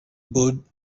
bored